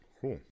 Cool